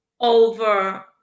over